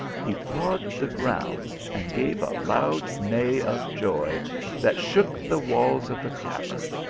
he pawed the ground and gave a loud neigh of joy that shook the walls of the cavern.